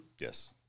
Yes